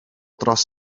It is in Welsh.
dros